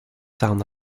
sound